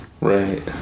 Right